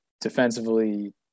defensively